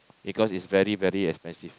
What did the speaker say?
because it's very very expensive